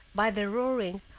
by their roaring,